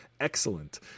excellent